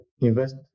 invest